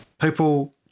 People